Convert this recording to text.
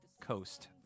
coast